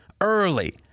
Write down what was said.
early